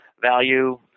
value